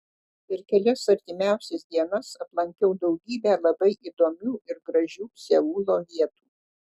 per kelias artimiausias dienas aplankiau daugybę labai įdomių ir gražių seulo vietų